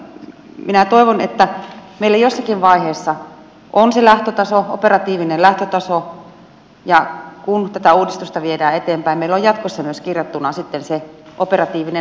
mutta minä toivon että meillä jossakin vaiheessa on se lähtötaso operatiivinen lähtötaso ja kun tätä uudistusta viedään eteenpäin meillä on jatkossa myös kirjattuna se operatiivinen lopputaso